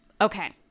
Okay